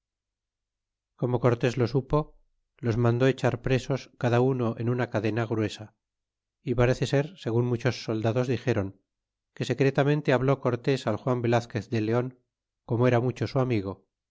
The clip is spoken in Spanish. como cortés lo supo os mandó echar presos cada uno en una cadena gruesa y parece ser segun muchos soldados dixéron que secretamente habló cortés al juan velazquez de leon corno era mucho su amigo